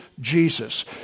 Jesus